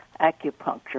acupuncture